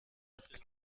mit